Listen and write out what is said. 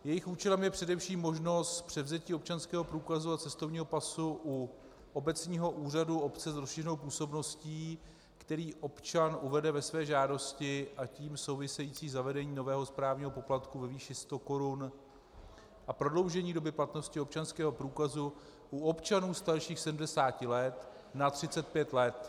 Jejich účelem je především možnost převzetí občanského průkazu a cestovního pasu u obecního úřadu obce s rozšířenou působností, který občan uvede ve své žádosti, a tím související zavedení nového správního poplatku ve výši 100 korun, a prodloužení platnosti občanského průkazu u občanů starších 70 let na 35 let.